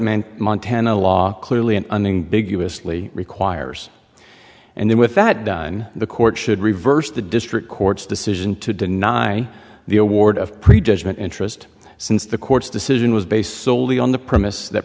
many montana law clearly an awning big us lee requires and then with that done the court should reverse the district court's decision to deny the award of pre judgement interest since the court's decision was based solely on the premise that